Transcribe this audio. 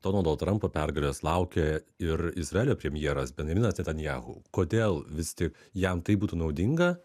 donaldo trampo pergalės laukia ir izraelio premjeras benjaminas netanjahu kodėl vis tik jam tai būtų naudinga